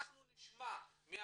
אנחנו נשמע מהשטח